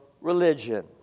religion